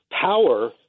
power